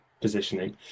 positioning